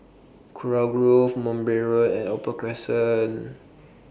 Kurau Grove Mowbray Road and Opal Crescent